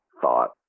thought